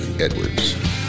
Edwards